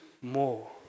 more